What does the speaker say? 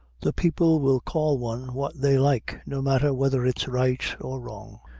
the people will call one what they like, no matther whether it's right or wrong.